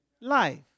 Life